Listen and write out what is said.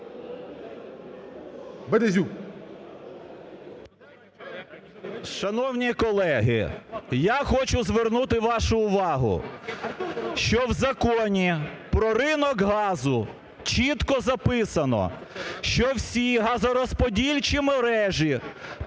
С.В. Шановні колеги, я хочу звернути вашу увагу, що в Законі про ринок газу чітко записано, що всі газорозподільчі мережі